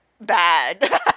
bad